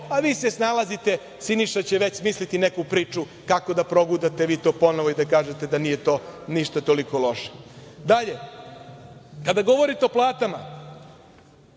a vi se snalazite, Siniša će već smisliti neku priču kako da progutate vi to ponovo i da kažete da ništa nije toliko loše. Kada govorite o platama,